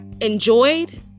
enjoyed